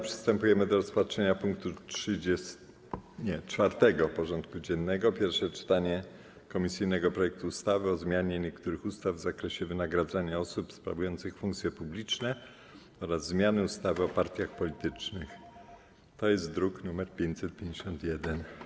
Przystępujemy do rozpatrzenia punktu 4. porządku dziennego: Pierwsze czytanie komisyjnego projektu ustawy o zmianie niektórych ustaw w zakresie wynagradzania osób sprawujących funkcje publiczne oraz o zmianie ustawy o partiach politycznych (druk nr 551)